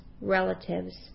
relatives